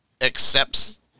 accepts